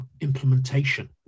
implementation